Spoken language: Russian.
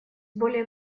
более